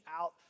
out